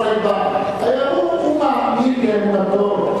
הוא מאמין באמונתו.